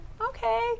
Okay